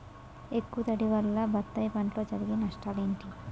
ఎక్కువ తడి వల్ల బత్తాయి పంటలో జరిగే నష్టాలేంటి?